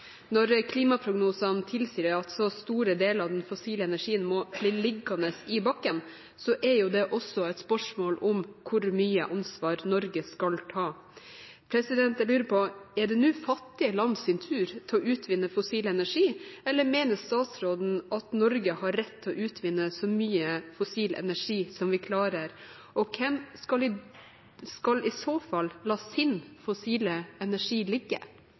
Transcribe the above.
Når klimaprognosene tilsier at så store deler av den fossile energien må bli liggende i bakken, er jo det også et spørsmål om hvor mye ansvar Norge skal ta. Jeg lurer på: Er det nå fattige land sin tur til å utvinne fossil energi, eller mener statsråden at Norge har rett til å utvinne så mye fossil energi som vi klarer? Hvem skal i så fall la sin fossile energi ligge?